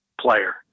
player